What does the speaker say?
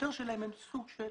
ביותר שלהם, הם סוג של